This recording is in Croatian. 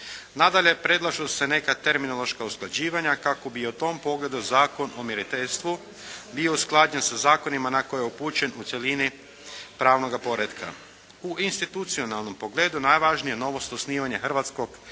Nadalje, predlažu se neka terminološka usklađivanja kako bi u tom pogledu Zakon o mjeriteljstvu bio usklađen sa zakonima na koje je upućen u cjelini pravnoga poretka. U institucionalnom pogledu najvažnija novost osnivanja Hrvatskog